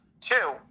Two